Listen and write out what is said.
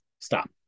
stop